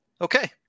Okay